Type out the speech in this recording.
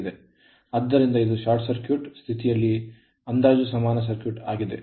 ಆದ್ದರಿಂದ ಇದು short circuit ಸ್ಥಿತಿಯ ಅಡಿಯಲ್ಲಿ ಅಂದಾಜು ಸಮಾನ ಸರ್ಕ್ಯೂಟ್ ಆಗಿದೆ